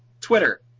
Twitter